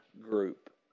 group